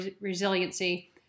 resiliency